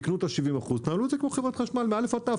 תקנו את ה- 70% תנהלו את זה כמו חברת חשמל מא' עד ת',